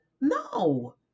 No